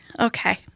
Okay